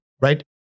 right